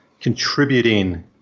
contributing